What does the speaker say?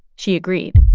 she agreed